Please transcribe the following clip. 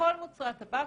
לכל מוצרי הטבק